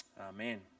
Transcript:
Amen